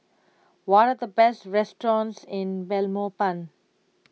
what are the best restaurants in Belmopan